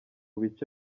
bice